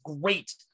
great